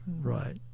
Right